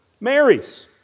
Mary's